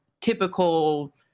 typical